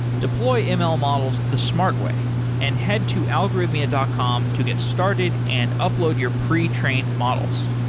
deploy ah ml models the smart way and head to algorithmia dot com to get started and upload your pre-trained models.